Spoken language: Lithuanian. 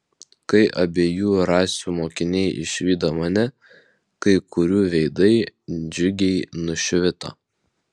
kai abiejų rasių mokiniai išvydo mane kai kurių veidai džiugiai nušvito